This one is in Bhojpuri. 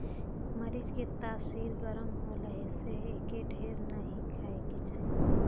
मरीच के तासीर गरम होला एसे एके ढेर नाइ खाए के चाही